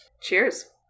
Cheers